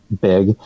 big